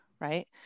right